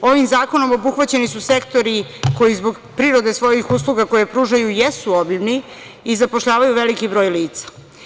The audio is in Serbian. Ovim zakonom obuhvaćeni su sektori koji zbog prirode svojih usluga koje pružaju jesu obimni i zapošljavaju veliki broj lica.